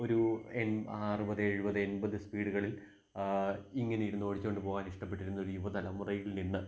ഒരൂ എൺ അറുപത് എഴുപത് എൺപത് സ്പീഡ്ഡുകളിൽ ഇങ്ങനിരുന്ന് ഓടിച്ചുകൊണ്ടുപോകാൻ ഇഷ്ടപ്പെട്ടിരുന്നൊരു യുവ തലമുറയിൽ നിന്ന്